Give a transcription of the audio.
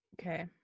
Okay